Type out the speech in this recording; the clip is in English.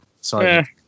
sorry